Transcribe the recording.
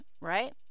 right